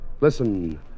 Listen